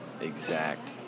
exact